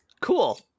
cool